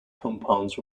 compounds